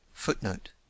footnote